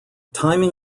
timing